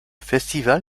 festival